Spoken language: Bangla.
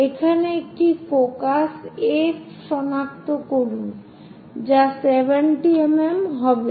এখন একটি ফোকাস F সনাক্ত করুন যা 70 mm হবে